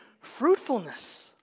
fruitfulness